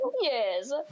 Yes